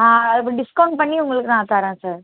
ஆ அது டிஸ்கவுண்ட் பண்ணி உங்களுக்கு நான் தரேன் சார்